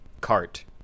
cart